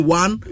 one